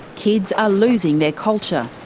kids are losing their culture.